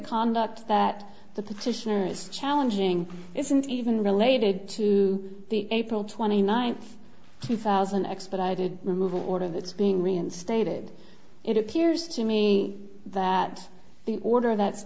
conduct that the petitioner is challenging isn't even related to the april twenty ninth two thousand expedited removal order that's being reinstated it appears to me that the order that's